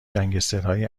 گنسگترهای